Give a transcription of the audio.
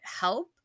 help